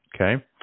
Okay